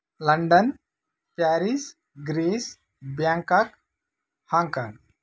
London Paris Greece Bangkok Hong Kong